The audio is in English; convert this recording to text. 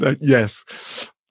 yes